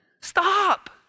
Stop